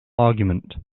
argument